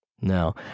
No